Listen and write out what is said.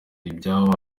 ibyabo